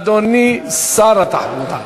אדוני שר התחבורה,